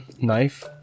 knife